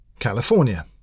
California